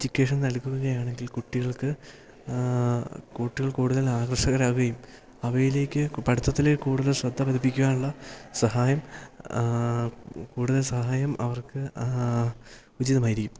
education നൽകുകയാണെങ്കിൽ കുട്ടികൾക്ക് കുട്ടികൾ കൂടുതൽ ആകൃഷ്ടരാവുകയും അവയിലേക്ക് പഠിത്തത്തില് കൂടുതൽ ശ്രദ്ധ പതിപ്പിക്കുവാനുള്ള സഹായം കൂടുതൽ സഹായം അവർക്ക് ഉചിതമായിരിക്കും